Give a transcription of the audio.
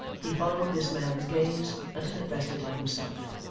he followed this man's gaze until it rested on himself,